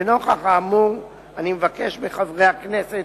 לנוכח האמור אני מבקש מחברי הכנסת,